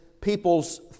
people's